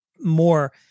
more